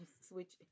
switch